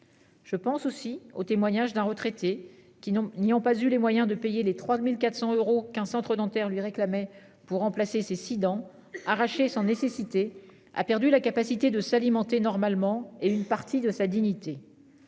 Je pense aussi au témoignage d'un retraité qui n'y ont pas eu les moyens de payer les 3400 euros qu'un centre-dentaire lui. Pour remplacer ces six Sidan arrachées sans nécessité a perdu la capacité de s'alimenter normalement et une partie de sa dignité.